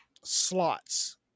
slots